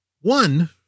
One